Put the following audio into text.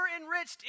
enriched